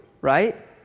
right